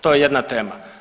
To je jedna tema.